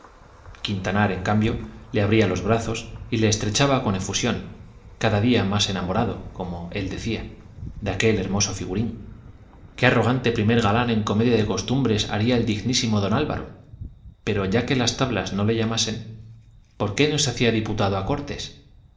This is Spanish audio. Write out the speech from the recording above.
quintanar en cambio le abría los brazos y le estrechaba con efusión cada día más enamorado como él decía de aquel hermoso figurín qué arrogante primer galán en comedia de costumbres haría el dignísimo don álvaro pero ya que las tablas no le llamasen por qué no se hacía diputado a cortes